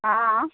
অঁ